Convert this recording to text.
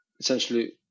essentially